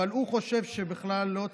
אבל הוא חושב שבכלל לא צריך,